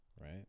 Right